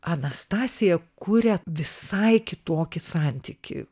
anastasija kuria visai kitokį santykį